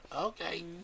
okay